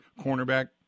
cornerback